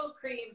cream